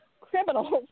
criminals